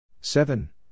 seven